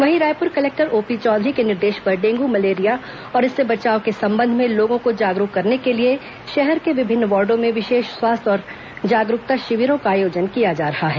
वहीं Raipur collector OP Chaudhary के निर्देश पर डेंगू मलेरिया और इससे बचाव के संबंध में लोगों को जागरूक करने के लिए शहर के विभिन्न वार्डो में विशेष स्वास्थ्य और जागरूकता शिविरों का आयोजन किया जा रहा है